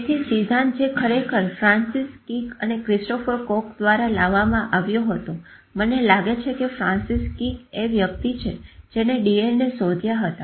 તેથી સિદ્ધાંત જે ખરેખર ફ્રાન્સીસ કીક અને ક્રિસ્ટોફર કોક દ્વારા લાવામાં આવ્યો હતો મને લાગે છે કે ફ્રાન્સીસ કિક એ વ્યક્તિ છે જેને DNA શોધ્યા હતા